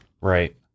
Right